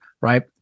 Right